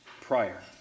prior